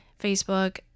Facebook